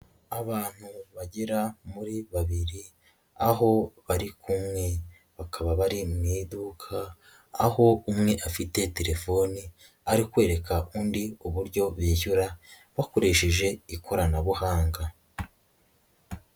Abantu bagera muri babiri aho bari kumwe bakaba bari mu iduka aho umwe afite telefoni ari kwereka undi uburyo bishyura bakoresheje ikoranabuhanga.